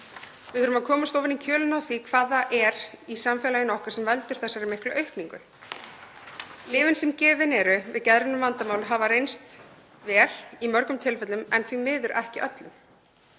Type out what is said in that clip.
Við þurfum að fara ofan í kjölinn á því hvað það er í samfélaginu okkar sem veldur þessari miklu aukningu. Lyfin sem gefin eru við geðrænum vandamálum hafa reynst vel í mörgum tilfellum en því miður ekki öllum.